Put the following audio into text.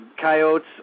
coyotes